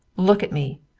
look at me.